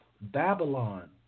Babylon